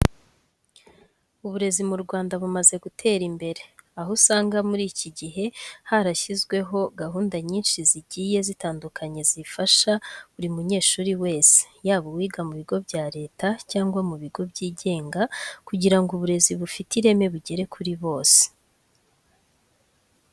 Uburezi mu Rwanda bumaze gutera imbere, aho usanga muri iki gihe harashyizweho gahunda nyinshi zigiye zitandukanye zifasha buri munyeshuri wese, yaba uwiga mu bigo bya Leta cyangwa mu bigo byigenga kugira ngo uburezi bufite ireme bugere kuri bose.